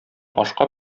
ашка